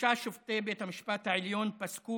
שלושה שופטי בית המשפט העליון פסקו